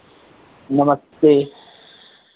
नमस्ते